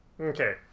okay